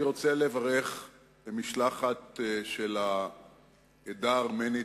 אני רוצה לברך משלחת של העדה הארמנית,